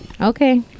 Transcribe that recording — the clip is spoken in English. Okay